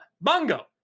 bongo